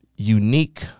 Unique